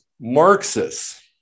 Marxists